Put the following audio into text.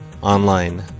online